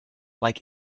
like